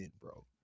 bro